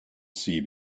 see